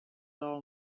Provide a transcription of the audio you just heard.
law